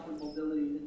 mobility